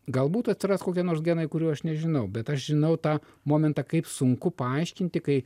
galbūt atsiras kokie nors genai kurių aš nežinau bet aš žinau tą momentą kaip sunku paaiškinti kai